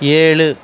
ஏழு